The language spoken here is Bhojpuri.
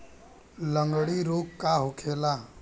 लगड़ी रोग का होखेला?